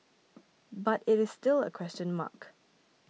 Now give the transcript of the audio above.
but it is still a question mark